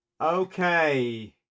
okay